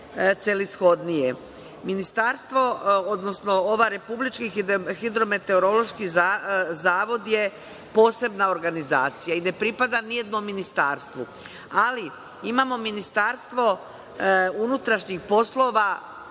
korisnije, celishodnije. Republički hidrometeorološki zavod je posebna organizacija i ne pripada ni jednom ministarstvu. Ali, imamo Ministarstvo unutrašnjih poslova,